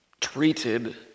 treated